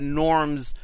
norms